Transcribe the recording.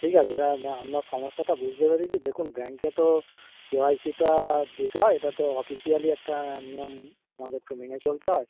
ঠিক আছে হ্যাঁ আপনার সমস্যাটা বুঝতে পেরিছি দেখুন ব্যাঙ্কে তো কে ওয়াই সি দিতে হয় এটা তো অফিসিয়ালি একটা নিয়ম আমাদের একটু মেনে চলতে হয়